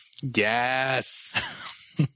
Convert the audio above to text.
Yes